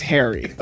Harry